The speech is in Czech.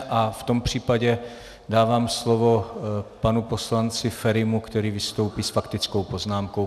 V tom případě dávám slovo panu poslanci Ferimu, který vystoupí s faktickou poznámkou.